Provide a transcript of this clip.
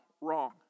wrong